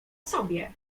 sobie